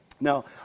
Now